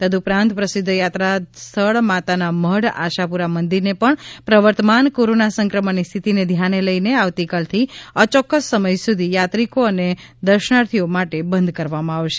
તદઉપરાંત પ્રસિધ્ધ યાત્રાસ્થળ માતાનામઢ આશાપુરા મંદિરને પણ પ્રવર્તમાન કોરોના સંક્રમણની સ્થિતિને ધ્યાને લઈને આવતીકાલથી અયોક્સ સમય સુધી યાત્રિકો અને દર્શનાર્થીઓ માટે બંધ કરવામાં આવશે